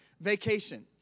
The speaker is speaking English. vacation